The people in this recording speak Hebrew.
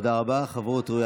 תודה רבה, חברות ראויה